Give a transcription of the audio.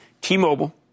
T-Mobile